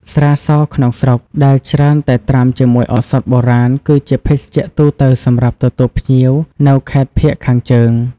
ស្រាសក្នុងស្រុក ដែលច្រើនតែត្រាំជាមួយឱសថបុរាណ គឺជាភេសជ្ជៈទូទៅសម្រាប់ទទួលភ្ញៀវនៅខេត្តភាគខាងជើង។